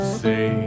say